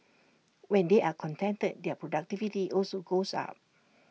when they are contented their productivity also goes up